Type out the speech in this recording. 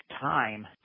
time